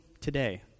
today